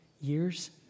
years